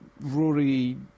Rory